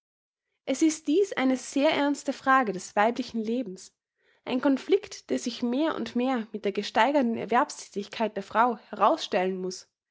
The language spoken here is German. es ist dies eine sehr ernste frage des weiblichen lebens ein conflict der sich mehr und mehr mit der gesteigerten erwerbsthätigkeit der frau herausstellen muß